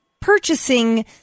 purchasing